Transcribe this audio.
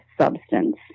substance